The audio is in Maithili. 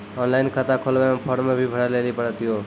ऑनलाइन खाता खोलवे मे फोर्म भी भरे लेली पड़त यो?